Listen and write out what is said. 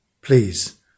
Please